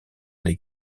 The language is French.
les